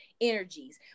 energies